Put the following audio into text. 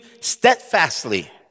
steadfastly